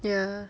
ya